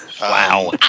Wow